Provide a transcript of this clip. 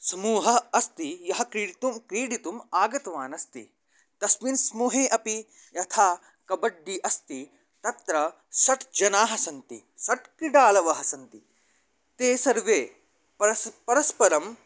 समूहः अस्ति यः क्रीडितुं क्रीडितुम् आगतवान् अस्ति तस्मिन् समूहे अपि यथा कबड्डि अस्ति तत्र षट् जनाः सन्ति षट् किडालवः सन्ति ते सर्वे परस् परस्परं